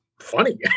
funny